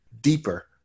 deeper